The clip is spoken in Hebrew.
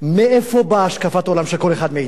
מאיפה באה השקפת העולם של כל אחד מאתנו?